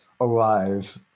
alive